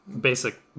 Basic